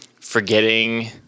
forgetting